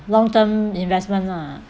long term investment lah